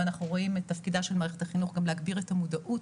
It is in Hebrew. ואנחנו רואים את תפקידה של מערכת החינוך גם להגביר את המודעות